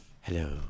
Hello